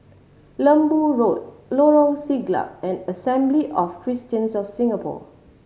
Lembu Road Lorong Siglap and Assembly of Christians of Singapore